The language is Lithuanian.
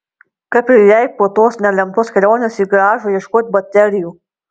kaip ir jai po tos nelemtos kelionės į garažą ieškoti baterijų